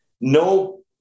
no